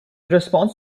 response